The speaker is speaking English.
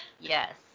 Yes